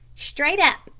straight up,